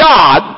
God